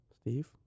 Steve